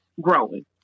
growing